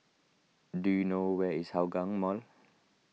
do you know where is Hougang Mall